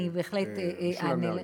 משולם נהרי.